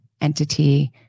entity